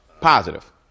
Positive